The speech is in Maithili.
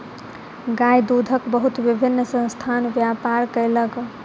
गाय दूधक बहुत विभिन्न संस्थान व्यापार कयलक